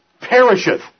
perisheth